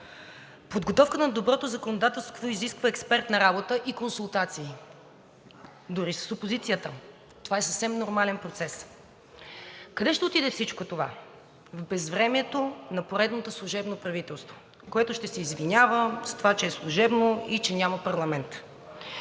подготовката на доброто законодателство изисква експертна работа и консултации, дори и с опозицията. Това е съвсем нормален процес. Къде ще отиде всичко това? В безвремието на поредното служебно правителство, което ще се извинява с това, че е служебно и че няма парламент.